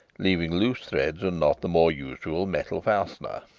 leaving loose threads and not the more usual metal fastener.